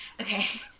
Okay